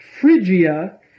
Phrygia